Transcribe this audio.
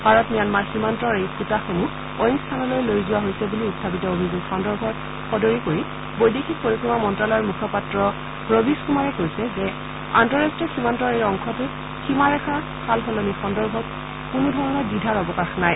Bharat Myanmar সীমান্তৰ এই খুটাসমূহ অইন স্থানলৈ লৈ যোৱা হৈছে বুলি উত্থাপিত অভিযোগ সন্দৰ্ভত সদৰি কৰি বৈদেশিক পৰিক্ৰমা মন্তালয়ৰ মুখপাত্ৰ ৰবীশ কুমাৰে কৈছে যে আন্তৰাষ্টীয় সীমান্তৰ এই অংশটোত সীমাৰেখা সা সলনি সন্দৰ্ভত লৈ কোনো ধৰণৰ দ্বিধাৰ অৱকাশ নাই